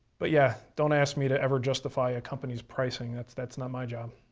but, yeah, don't ask me to ever justify a company's pricing, that's that's not my job.